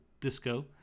disco